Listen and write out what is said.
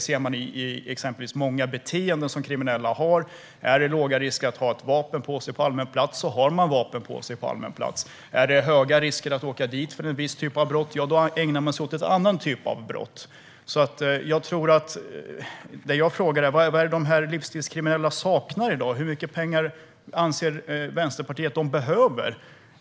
Det visar många beteenden som kriminella har. Är det låg risk att ha ett vapen på sig på allmän plats, då har man vapen på sig på allmän plats. Är det höga risker att åka dit för en viss typ av brott, då ägnar man sig åt en annan typ av brott. Jag frågade vad det är som de livstidskriminella saknar. Hur mycket pengar anser Vänsterpartiet att de behöver?